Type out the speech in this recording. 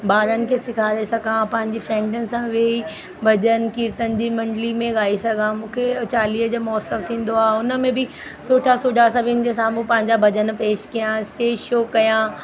ॿारनि खे सेखारे सघां पंहिंजी फैमिलियुनि सां वेही भॼन कीर्तन जी मंडली में ॻाए सघां मूंखे चालीहे जो महोत्सव थींदो आहे उन में बि सुठा सुठा सभिनि जे साम्हूं पंहिंजा भॼन पेश कयां स्टेज शो कयां